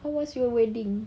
how was your wedding